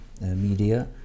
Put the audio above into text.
media